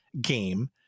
game